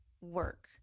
work